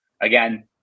again